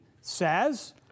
says